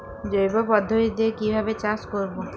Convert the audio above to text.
জৈব পদ্ধতিতে কিভাবে চাষ করব?